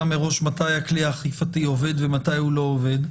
מראש מתי הכלי האכיפתי עובד ומתי הוא לא עובד.